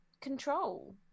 control